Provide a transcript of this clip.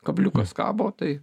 kabliukas kabo tai